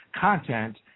content